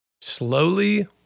Slowly